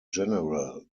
general